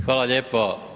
Hvala lijepo.